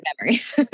memories